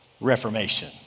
Reformation